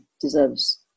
deserves